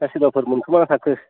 ना सोरबाफोर मोनखोमाना थाखो